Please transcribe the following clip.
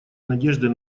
надежды